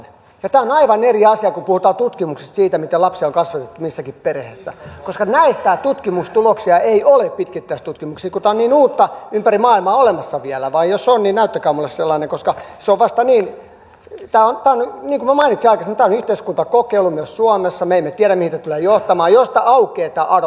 tämä on aivan eri asia kun puhutaan tutkimuksesta siitä miten lapsi on kasvatettu missäkin perheessä koska näitä tutkimustuloksia ei ole pitkittäistutkimuksista kun tämä on niin uutta ympäri maailmaa olemassa vielä tai jos on niin näyttäkää minulle sellainen koska tämä on niin kuin minä mainitsin aikaisemmin yhteiskuntakokeilu myös suomessa ja me emme tiedä mihin tämä tulee johtamaan jos aukeaa tämä adoptioportti